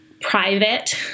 private